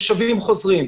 אם זה תושבים חוזרים,